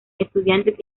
estudiantes